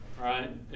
right